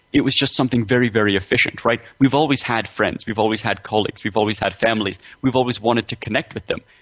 it was just something very, very efficient, right? we've always had friends, we've always had colleagues, we've always had family, we've always wanted to connect with them,